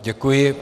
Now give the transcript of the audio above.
Děkuji.